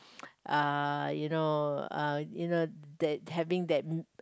uh you know uh you know that having that